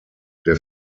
der